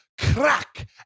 crack